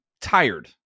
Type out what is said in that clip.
tired